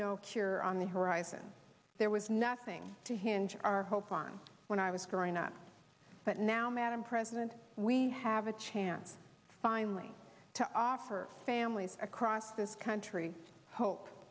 no cure on the horizon there was nothing to hinge our hopes on when i was growing up but now madam president we have a chance finally to offer families across this country hope